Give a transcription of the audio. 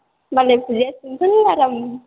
मालाय फुजिया सिमपोल आराम